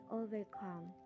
overcome